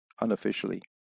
unofficially